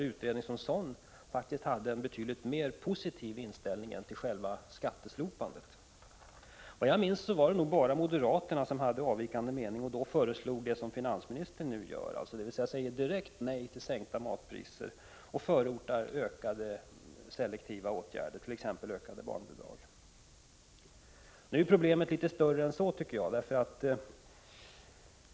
Utredningen som sådan hade faktiskt en mer positiv inställning till detta än till att slopa själva skatten. Efter vad jag minns var det nog bara moderaterna som hade avvikande mening. De föreslog då det som finansministern nu föreslår, nämligen ökade selektiva åtgärder, t.ex. ökade barnbidrag, och nej till sänkta matpriser. | Men problemet är enligt min mening litet större än så.